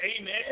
amen